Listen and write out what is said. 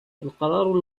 القرار